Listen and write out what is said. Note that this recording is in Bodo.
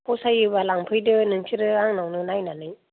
फसायोब्ला लांफैदो नोंसोरो आंनावनो नायनानै